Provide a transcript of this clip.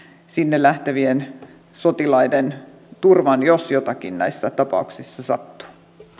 sinne lähtevien sotilaiden turvan jos jotakin näissä tapauksissa sattuu